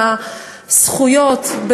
בזכויות,